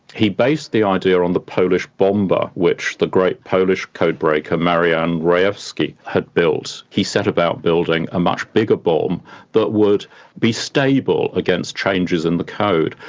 he based the idea on the polish bombe, and which the great polish code breaker marian rejewski had built. he set about building a much bigger bombe that would be stable against changes in the code.